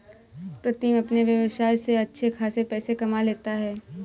प्रीतम अपने व्यवसाय से अच्छे खासे पैसे कमा लेता है